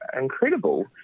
incredible